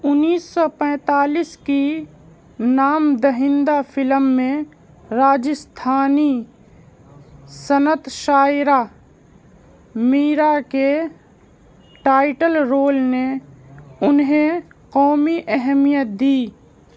انیس سو پینتالیس کی نام دہندہ فلم میں راجستھانی سنت شاعرہ میرا کے ٹائٹل رول نے انہیں قومی اہمیت دی